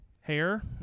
hair